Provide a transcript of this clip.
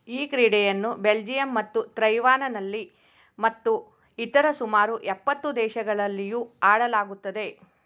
ಈ ಕ್ರೀಡೆಯನ್ನು ಬೆಲ್ಜಿಯಂ ಮತ್ತು ತೈವಾನನಲ್ಲಿ ಮತ್ತು ಇತರ ಸುಮಾರು ಎಪ್ಪತ್ತು ದೇಶಗಳಲ್ಲಿಯೂ ಆಡಲಾಗುತ್ತದೆ